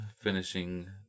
finishing